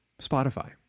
spotify